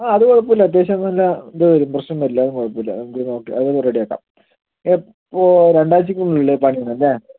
ആ അത് കുഴപ്പമില്ല അത്യാവശ്യം അത് നല്ല ഇത് വെരും പ്രശ്നം വരില്ലാ അത് കുഴപ്പമില്ല നമുക്ക് നോക്കാം അതായത് റെഡിയാക്കാം എപ്പോൾ രണ്ടാഴ്ച്ചക്കുള്ളിൽ പണിയണം അല്ലേ